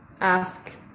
ask